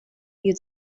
you